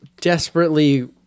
desperately